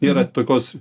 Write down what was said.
yra tokios